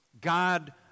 God